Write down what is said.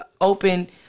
open